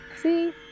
See